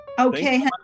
Okay